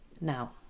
Now